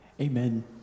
Amen